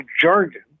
jargon